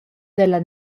dalla